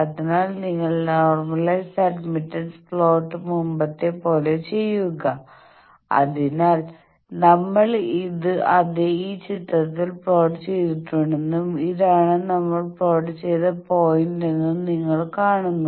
അതിനാൽ നിങ്ങൾ normalised admittance plot മുമ്പത്തെ പോലെ ചെയ്യുക അതിനാൽ നമ്മൾ അത് ഈ ചിത്രത്തിൽ പ്ലോട്ട് ചെയ്തിട്ടുണ്ടെന്നും ഇതാണ് നമ്മൾ പ്ലോട്ട് ചെയ്ത പോയിന്റെന്നും നിങ്ങൾ കാണുന്നു